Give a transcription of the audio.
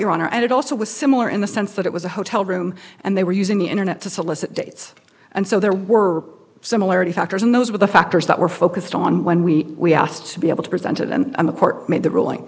honor and it also was similar in the sense that it was a hotel room and they were using the internet to solicit dates and so there were similarity factors and those were the factors that were focused on when we we asked to be able to present it and the court made the ruling